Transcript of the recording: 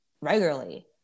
regularly